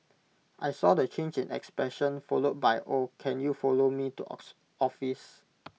I saw the change in expression followed by oh can you follow me to office